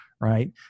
Right